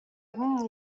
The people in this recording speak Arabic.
مني